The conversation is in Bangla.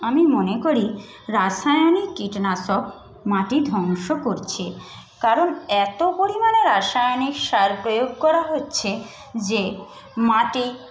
আমি মনে করি রাসায়নিক কীটনাশক মাটি ধ্বংস করছে কারণ এতো পরিমাণে রাসায়নিক সার প্রয়োগ করা হচ্ছে যে মাটি